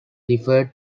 differ